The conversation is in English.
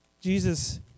Jesus